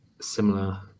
similar